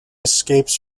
escapes